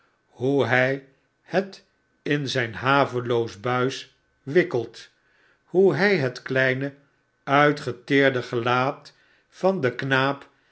hoe hij het in zijn haveloos buis wikkelt hoe hy het kleine uitgeteerde gelaat van den knaap